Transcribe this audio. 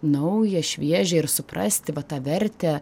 nauja šviežia ir suprasti va tą vertę